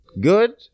good